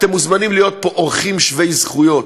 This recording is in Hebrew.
אתם מוזמנים להיות פה אורחים שווי זכויות,